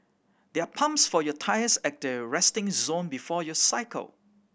there are pumps for your tyres at the resting zone before you cycle